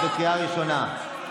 את בקריאה ראשונה.